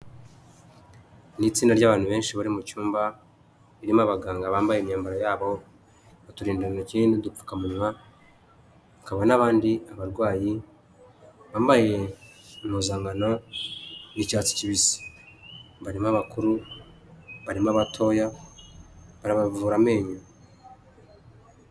Ni itsinda ry'abantu benshi bari mu cyumba, irimo abaganga bambaye imyambaro yabo, uturindantoki n'udupfukamunwa hakaba n'abandi barwayi bambaye impuzankano y'icyatsi kibisi, barimo abakuru barimo abatoya barabavura amenyo.